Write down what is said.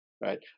right